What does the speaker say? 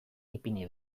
ipini